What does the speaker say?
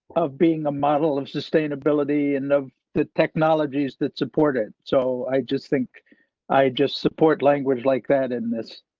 of being a model of sustainability and of the technologies that supported. so, i just think i just support language like that in this.